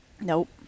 nope